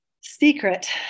secret